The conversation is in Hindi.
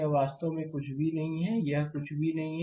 यह वास्तव में कुछ भी नहीं है यह कुछ भी नहीं है